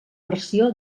versió